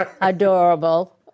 Adorable